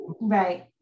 Right